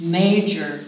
major